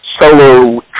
solo